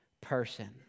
person